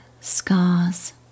scars